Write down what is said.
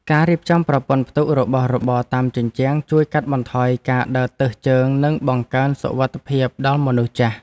ការរៀបចំប្រព័ន្ធផ្ទុករបស់របរតាមជញ្ជាំងជួយកាត់បន្ថយការដើរទើសជើងនិងបង្កើនសុវត្ថិភាពដល់មនុស្សចាស់។